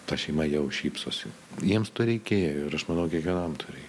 ta šeima jau šypsosi jiems to reikėjo ir aš manau kiekvienam to reik